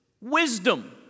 wisdom